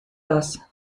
das